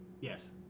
yes